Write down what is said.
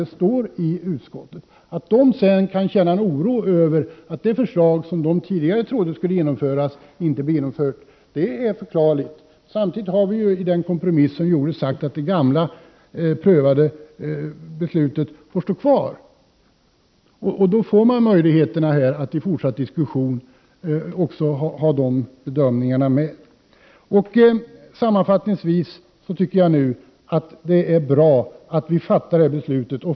Det är förklarligt att markägarna kan känna oro över att det förslag som de tidigare trodde skulle genomföras inte blir genomfört. Samtidigt har vi i den kompromiss som gjordes uttalat att det gamla, prövade beslutet skall stå kvar. Då ges möjlighet att vid en fortsatt diskussion ta med också dessa bedömningar. Sammanfattningsvis är det bra att vi fattar detta beslut.